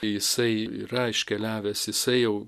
jisai yra iškeliavęs jisai jau